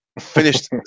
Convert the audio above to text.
Finished